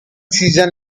season